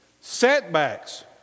Setbacks